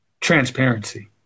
transparency